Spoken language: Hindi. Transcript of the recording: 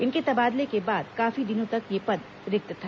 इनके तबादले के बाद काफी दिनों तक यह पद रिक्त था